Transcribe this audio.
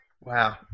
Wow